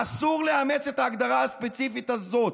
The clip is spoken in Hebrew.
אסור לאמץ את ההגדרה הספציפית הזאת.